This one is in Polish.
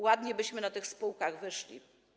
Ładnie byśmy na tych spółkach wyszli.